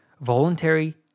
Voluntary